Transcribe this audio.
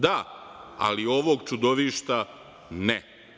Da, ali ovog čudovišta ne.